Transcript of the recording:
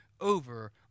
over